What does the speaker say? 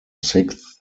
sixth